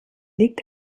liegt